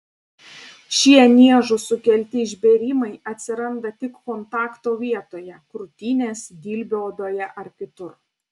šie niežų sukelti išbėrimai atsiranda tik kontakto vietoje krūtinės dilbio odoje ar kitur